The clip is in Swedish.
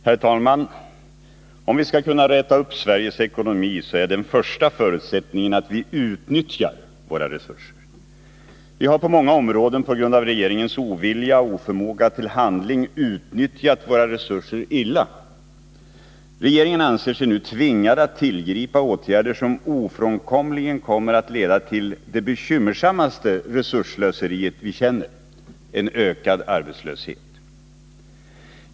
Herr talman! Om vi skall kunna räta upp Sveriges ekonomi är den första förutsättningen att vi utnyttjar våra resurser. Vi har på många områden på grund av regeringens ovilja och oförmåga till handling illa utnyttjat våra resurser. Regeringen anser sig nu tvingad att tillgripa åtgärder som ofrånkomligen kommer att leda till det bekymmersammaste resursslöseriet vi känner — en ökad arbetslöshet.